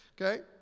okay